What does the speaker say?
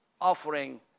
Offering